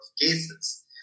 cases